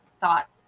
thought